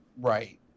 right